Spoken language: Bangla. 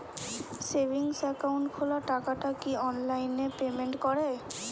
সেভিংস একাউন্ট খোলা টাকাটা কি অনলাইনে পেমেন্ট করে?